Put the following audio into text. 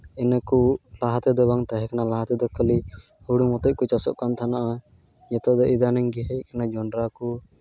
ᱤᱱᱟᱹ ᱠᱚ ᱞᱟᱦᱟ ᱛᱮᱫᱚ ᱵᱟᱝ ᱛᱟᱦᱮᱸ ᱠᱟᱱᱟ ᱞᱟᱦᱟ ᱛᱮᱫᱚ ᱠᱷᱟᱹᱞᱤ ᱦᱳᱲᱳ ᱢᱚᱛᱚᱜ ᱠᱚ ᱪᱟᱥ ᱮᱫ ᱛᱟᱦᱮᱱᱟᱜ ᱡᱷᱚᱛᱚ ᱜᱮ ᱤᱫᱟᱱᱤᱝ ᱜᱮ ᱦᱮᱡ ᱠᱟᱱᱟ ᱡᱚᱱᱰᱨᱟ ᱠᱚ